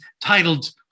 titled